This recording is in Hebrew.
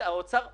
האוצר ברח,